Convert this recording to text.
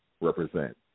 represent